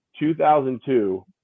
2002